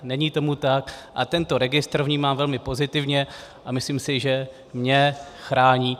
Není tomu tak a tento registr vnímám velmi pozitivně a myslím si, že mě chrání.